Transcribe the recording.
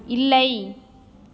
இல்லை